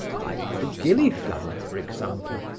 like the gilly-flower for example.